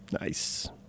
Nice